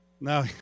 No